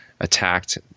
attacked